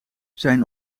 zijn